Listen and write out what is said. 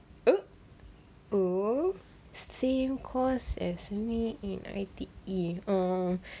oh oh same course as me in I_T_E orh